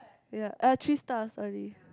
ya uh three star sorry